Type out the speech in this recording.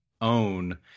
own